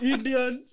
Indian